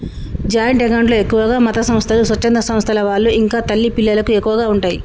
joint account లో ఎక్కువగా మతసంస్థలు, స్వచ్ఛంద సంస్థల వాళ్ళు ఇంకా తల్లి పిల్లలకు ఎక్కువగా ఉంటయ్